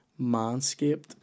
Manscaped